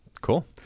Cool